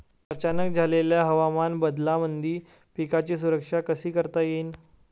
अचानक झालेल्या हवामान बदलामंदी पिकाची सुरक्षा कशी करता येईन?